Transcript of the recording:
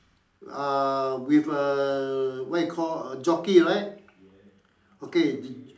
uh with a what you call a jockey right okay